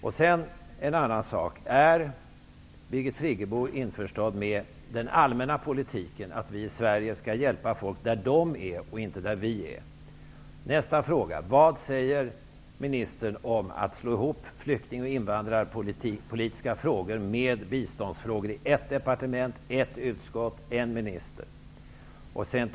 Och sedan en annan sak: Är Birgit Friggebo införstådd med den allmänna politiken att vi i Sverige skall hjälpa människor där de, inte vi, är? Nästa fråga: Vad säger ministern om en hopslagning av flykting och invandrarpolitiska frågor med biståndsfrågor i ett departement, i ett utskott och hos en minister?